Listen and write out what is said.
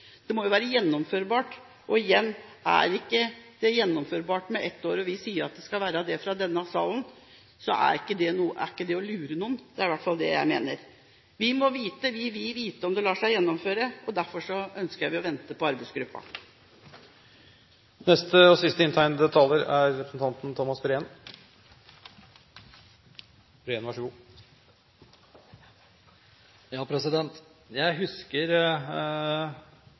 Det må jo være gjennomførbart. Og igjen: Er det ikke gjennomførbart med ett år, og vi sier at det skal være det fra denne salen, er ikke det å lure noen? Det er i hvert fall det jeg mener. Vi vil vite om det lar seg gjennomføre. Derfor ønsker vi å vente på arbeidsgruppen. Jeg husker